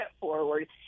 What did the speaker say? forward